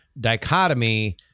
dichotomy